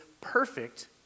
perfect